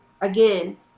again